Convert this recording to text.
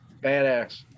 badass